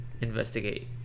Investigate